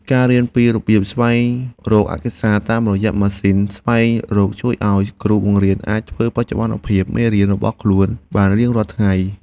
ការរៀនពីរបៀបស្វែងរកឯកសារតាមរយៈម៉ាស៊ីនស្វែងរកជួយឱ្យគ្រូបង្រៀនអាចធ្វើបច្ចុប្បន្នភាពមេរៀនរបស់ខ្លួនបានរៀងរាល់ថ្ងៃ។